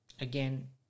again